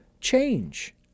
change